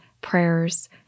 prayers